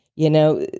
you know,